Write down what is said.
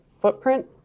footprint